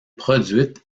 produite